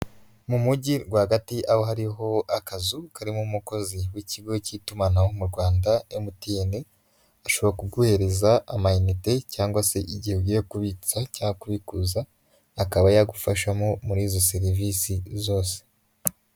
Mu mujyi rwagati aho hariho akazu karimo umukozi w'ikigo cy'itumanaho mu Rwanda MTN ashobora kuguhereza amayinite cyangwa se igihe ugiye kubitsa cya kubikuza ,akaba yagufashamo muri izo serivisi zose.